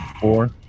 Four